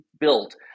built